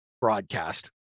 broadcast